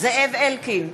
זאב אלקין,